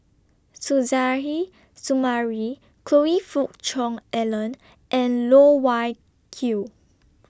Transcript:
Suzairhe Sumari Choe Fook Cheong Alan and Loh Wai Kiew